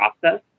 process